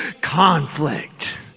Conflict